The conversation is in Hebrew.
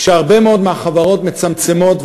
כשהרבה מאוד מהחברות מצמצמות,